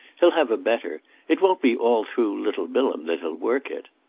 he'll have a better. it won't be all through little bilham that he'll work it.